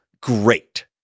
great